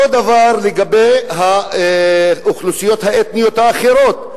אותו דבר לגבי הקבוצות האתניות האחרות.